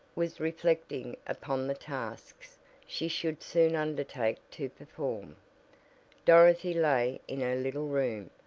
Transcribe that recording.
was reflecting upon the tasks she should soon undertake to perform dorothy lay in her little room,